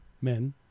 men